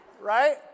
right